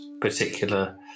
particular